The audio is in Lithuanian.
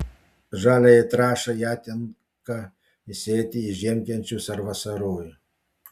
žaliajai trąšai ją tinka įsėti į žiemkenčius ar vasarojų